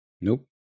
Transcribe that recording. Nope